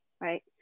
right